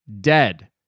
dead